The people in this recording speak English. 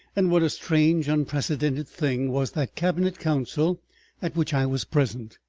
and what a strange unprecedented thing was that cabinet council at which i was present,